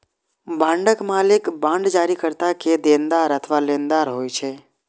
बांडक मालिक बांड जारीकर्ता के देनदार अथवा लेनदार होइ छै